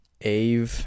Ave